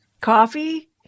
coffee